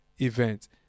event